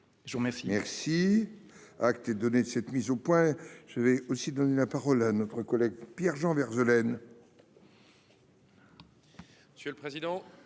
je vous remercie